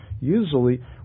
Usually